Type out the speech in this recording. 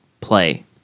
play